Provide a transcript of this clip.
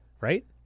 Right